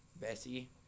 Bessie